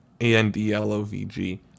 A-N-D-L-O-V-G